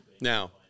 Now